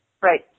Right